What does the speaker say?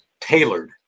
tailored